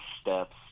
steps